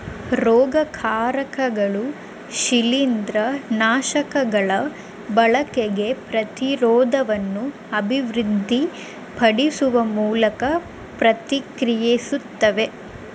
ರೋಗಕಾರಕಗಳು ಶಿಲೀಂದ್ರನಾಶಕಗಳ ಬಳಕೆಗೆ ಪ್ರತಿರೋಧವನ್ನು ಅಭಿವೃದ್ಧಿಪಡಿಸುವ ಮೂಲಕ ಪ್ರತಿಕ್ರಿಯಿಸ್ತವೆ